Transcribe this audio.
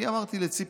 אני אמרתי לציפי,